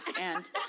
and-